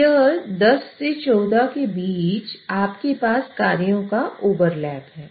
तो यह 10 से 14 के बीच आपके पास कार्यों का ओवरलैप है